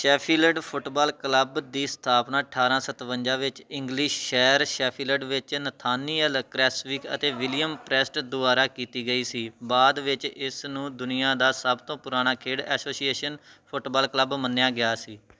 Sheffield football club ਦੀ ਸਥਾਪਨਾ ਅਠਾਰ੍ਹਾਂ ਸਤਵੰਜਾ ਵਿੱਚ ਇੰਗਲਿਸ਼ ਸ਼ਹਿਰ ਸ਼ੈਫੀਲਡ ਵਿੱਚ ਨਥਾਨੀਅਲ ਕ੍ਰੈਸਵਿਕ ਅਤੇ ਵਿਲੀਅਮ ਪ੍ਰੈਸਟ ਦੁਆਰਾ ਕੀਤੀ ਗਈ ਸੀ ਬਾਅਦ ਵਿੱਚ ਇਸ ਨੂੰ ਦੁਨੀਆ ਦਾ ਸਭ ਤੋਂ ਪੁਰਾਣਾ ਖੇਡ ਐਸੋਸੀਏਸ਼ਨ ਫੁੱਟਬਾਲ ਕਲੱਬ ਮੰਨਿਆ ਗਿਆ ਸੀ